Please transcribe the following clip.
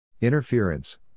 Interference